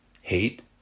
hate